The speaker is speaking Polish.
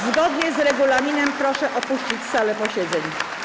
Zgodnie z regulaminem proszę opuścić salę posiedzeń.